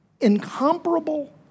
Incomparable